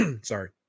Sorry